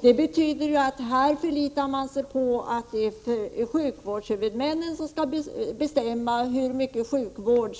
Det betyder att man förlitar sig på att sjukvårdshuvudmännen skall bestämma vilken sjukvård